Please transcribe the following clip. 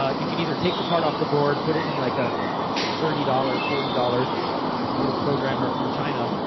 um you can either take the part off the board, put it in like a thirty dollars or forty dollars little programmer from china.